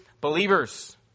believers